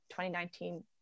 2019